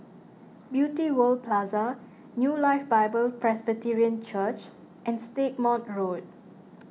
Beauty World Plaza New Life Bible Presbyterian Church and Stagmont Road